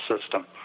system